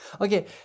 okay